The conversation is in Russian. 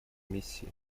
миссии